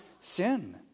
sin